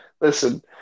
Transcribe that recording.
Listen